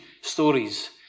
stories